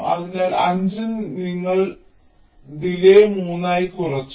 അതിനാൽ 5 ൽ നിന്ന് ഞങ്ങൾ ഡിലേയ് 3 ആയി കുറച്ചു